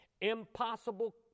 Impossible